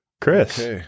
Chris